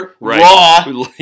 raw